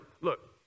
look